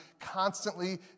constantly